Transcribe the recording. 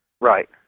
Right